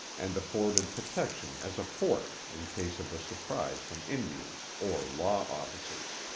and afforded protection as a fort in case of a surprise from indians or law-officers.